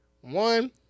one